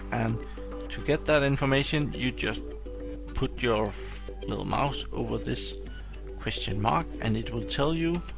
and to get that information, you just put your little mouse over this question mark, and it will tell you.